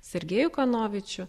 sergejų kanovičių